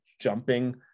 jumping